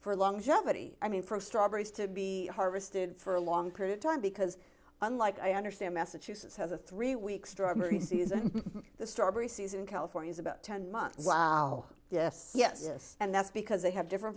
for long jeopardy i mean for strawberries to be harvested for a long period of time because unlike i understand massachusetts has a three week strawberry season the starbury season in california is about ten months oh yes yes yes and that's because they have different